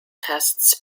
tests